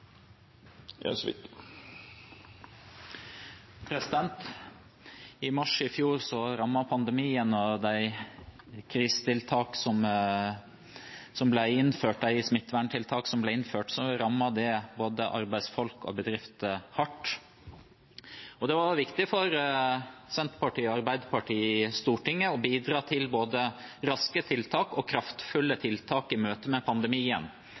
til. I mars i fjor rammet pandemien oss, og de krisetiltakene – smitteverntiltak – som ble innført, rammet både arbeidsfolk og bedrifter hardt. Det var da viktig for Senterpartiet og Arbeiderpartiet i Stortinget å bidra til både raske og kraftfulle tiltak i møte med pandemien.